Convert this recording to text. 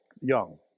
young